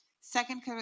Second